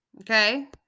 Okay